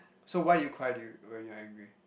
so why do you cry do you when you're angry